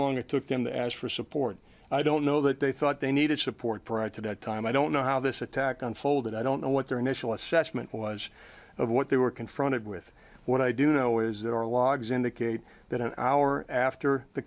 long it took them to ask for support i don't know that they thought they needed support prior to that time i don't know how this attack on folded i don't know what their initial assessment was of what they were confronted with what i do know is that our logs indicate that an hour after the